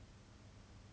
orh ya